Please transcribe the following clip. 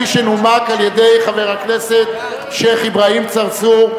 שנומקה על-ידי חבר הכנסת שיח' אברהים צרצור.